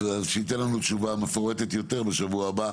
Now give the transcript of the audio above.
אז שייתן לנו תשובה מפורטת יותר בשבוע הבא,